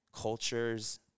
cultures